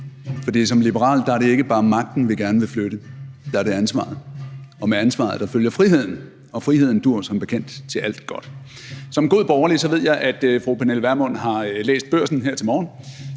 For som liberal er det ikke bare magten, vi gerne vil flytte, det er ansvaret. Og med ansvaret følger friheden, og friheden duer som bekendt til alt godt. Som en god borgerlig ved jeg, at fru Pernille Vermund har læst Børsen her til morgen